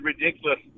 ridiculous